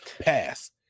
pass